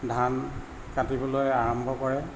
ধান কাটিবলৈ আৰম্ভ কৰে